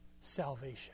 salvation